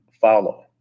follow